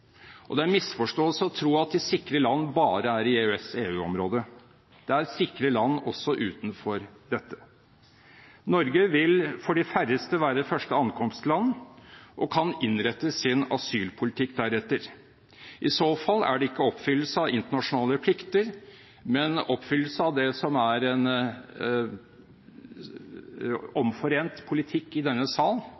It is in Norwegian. Det er en misforståelse å tro at de sikre land bare er i EØS-/EU-området – det er sikre land også utenfor dette. Norge vil for de færreste være første ankomstland og kan innrette sin asylpolitikk deretter. I så fall er det ikke oppfyllelse av internasjonale plikter, men oppfyllelse av det som er en omforent politikk i denne